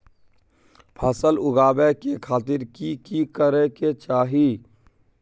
फसल उगाबै के खातिर की की करै के चाही?